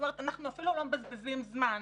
אנחנו אפילו לא מבזבזים זמן.